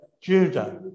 Judah